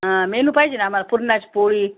menu पाहिजे ना आम्हाला पुरणाचीपोळी